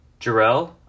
Jarrell